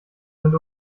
sind